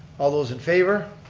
all those in favor.